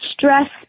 stress